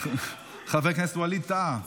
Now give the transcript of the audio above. --- חבר הכנסת ווליד טאהא,